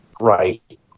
right